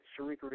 Sharika